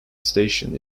station